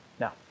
Now